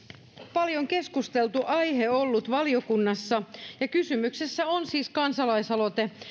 paljon keskusteltu aihe ollut valiokunnassa kysymyksessä on siis kansalaisaloite